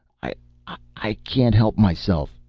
i i can't help myself,